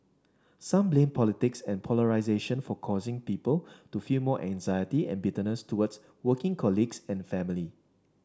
some blame politics and polarisation for causing people to feel more anxiety and bitterness towards working colleagues and family